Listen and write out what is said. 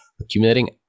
accumulating